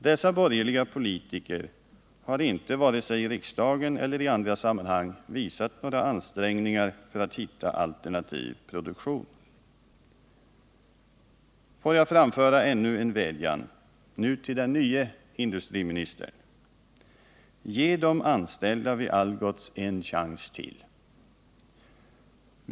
Dessa borgerliga politiker har inte vare sig i riksdagen eller i andra sammanhang visat några ansträngningar för att hitta alternativ produktion. Får jag framföra ännu en vädjan — nu till den nye industriministern. Ge de anställda vid Algots en chans till!